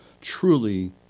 truly